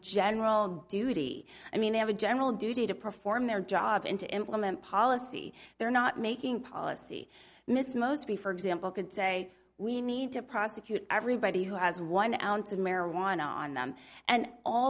general duty i mean they have a general duty to perform their job and to implement policy they're not making policy miss mostly for example can say we need to prosecute everybody who has one ounce of marijuana on them and all